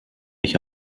ich